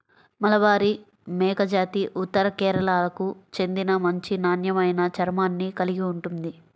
మలబారి మేకజాతి ఉత్తర కేరళకు చెందిన మంచి నాణ్యమైన చర్మాన్ని కలిగి ఉంటుంది